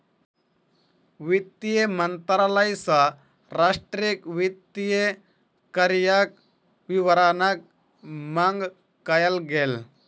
वित्त मंत्रालय सॅ राष्ट्रक वित्तीय कार्यक विवरणक मांग कयल गेल